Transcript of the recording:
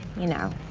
you know,